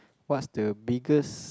what's the biggest